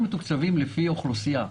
אנחנו מתוקצבים לפי האוכלוסייה,